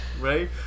Right